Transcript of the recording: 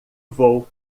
vou